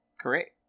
correct